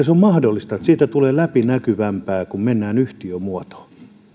se olisi mahdollista että siitä tulee läpinäkyvämpää kun mennään yhtiömuotoon